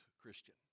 Christian